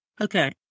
Okay